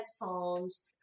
headphones